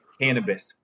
cannabis